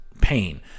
pain